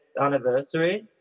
anniversary